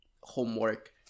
homework